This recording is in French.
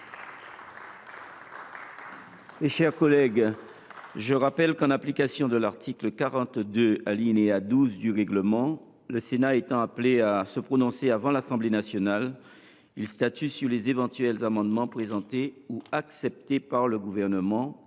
mixte paritaire. Je rappelle que, en application de l’article 42, alinéa 12, du règlement, le Sénat étant appelé à se prononcer avant l’Assemblée nationale, il statue sur les éventuels amendements présentés ou acceptés par le Gouvernement,